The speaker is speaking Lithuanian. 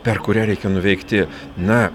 per kurią reikia nuveikti na